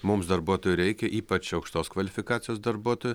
mums darbuotojų reikia ypač aukštos kvalifikacijos darbuotojų